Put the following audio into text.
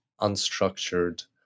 unstructured